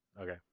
Okay